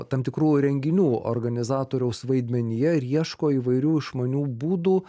tam tikrų renginių organizatoriaus vaidmenyje ir ieško įvairių išmanių būdų